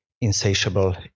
insatiable